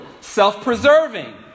self-preserving